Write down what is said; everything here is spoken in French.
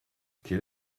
quel